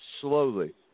slowly